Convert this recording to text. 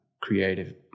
creative